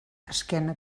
esquena